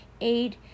aid